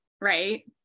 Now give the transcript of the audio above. right